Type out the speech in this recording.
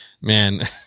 Man